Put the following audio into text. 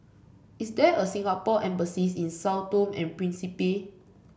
is there a Singapore Embassy in Sao Tome and Principe